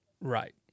Right